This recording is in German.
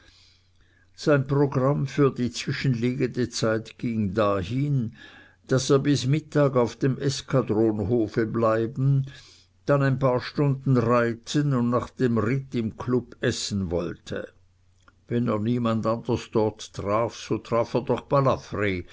sein programm für die zwischenliegende zeit ging dahin daß er bis mittag auf dem eskadronhofe bleiben dann ein paar stunden reiten und nach dem ritt im club essen wollte wenn er niemand anders dort traf so traf er doch balafr